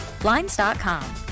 Blinds.com